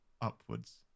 upwards